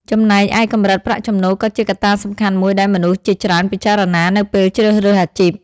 ចំណែកឯកម្រិតប្រាក់ចំណូលក៏ជាកត្តាសំខាន់មួយដែលមនុស្សជាច្រើនពិចារណានៅពេលជ្រើសរើសអាជីព។